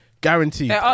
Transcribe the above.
guaranteed